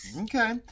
Okay